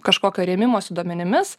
kažkokio rėmimosi duomenimis